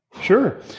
Sure